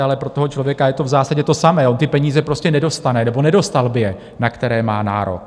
Ale pro toho člověka je to v zásadě to samé, on ty peníze prostě nedostane, nebo nedostal by je, na které má nárok.